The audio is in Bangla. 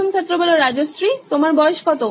প্রথম ছাত্র রাজশ্রী তোমার বয়স কত